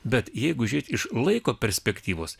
bet jeigu žiūrėti iš laiko perspektyvos